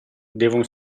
devono